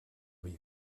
vida